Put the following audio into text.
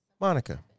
Monica